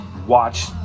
watch